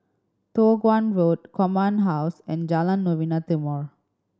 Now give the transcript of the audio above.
Toh Guan Road Command House and Jalan Novena Timor